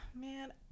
Man